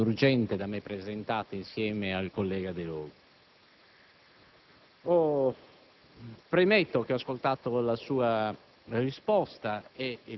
data tempestivamente risposta ad un'interrogazione urgente, da me presentata insieme al collega Delogu.